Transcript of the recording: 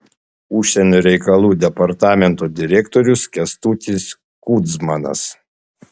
užsienio reikalų departamento direktorius kęstutis kudzmanas